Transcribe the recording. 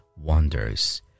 wonders